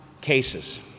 cases